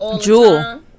Jewel